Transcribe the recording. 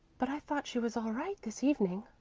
but i thought she was all right this evening.